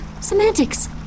Semantics